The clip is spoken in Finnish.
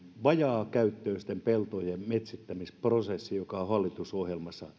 vajaakäyttöisten peltojen metsittämisprosessi joka on hallitusohjelmassa